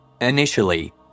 Initially